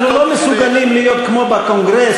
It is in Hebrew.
אנחנו לא מסוגלים להיות כמו בקונגרס,